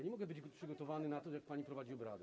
Nie mogę być przygotowany na to, jak pani prowadzi obrady.